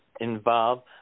involve